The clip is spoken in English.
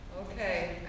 Okay